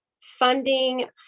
funding